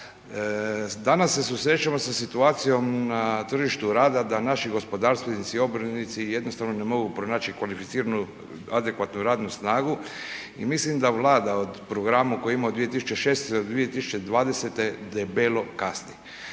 Danas se susrećemo sa situacijom na tržištu rada da naši gospodarstvenici i obrtnici jednostavno ne mogu pronaći kvalificiranu adekvatnu radnu snagu. I mislim da Vlada o programu koji ima od 2016. do 2020. debelo kasni.